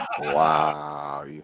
Wow